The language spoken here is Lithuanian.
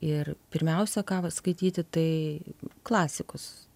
ir pirmiausia ką vat skaityti tai klasikus